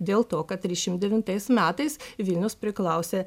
dėl to kad trisdešimt devintais metais vilnius priklausė